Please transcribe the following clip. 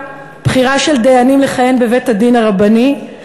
בחירה של דיינים לכהן בבית-הדין הרבני,